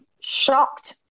shocked